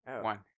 One